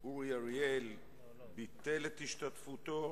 אורי אריאל ביטל את השתתפותו,